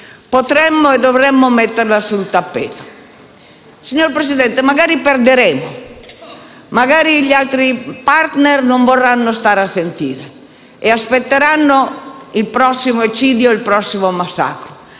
potremmo e dovremmo metterlo sul tappeto. Signor Presidente, magari perderemo, magari gli altri *partner* non vorranno stare a sentire e aspetteranno il prossimo eccidio e il prossimo massacro,